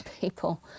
people